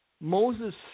Moses